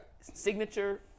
signature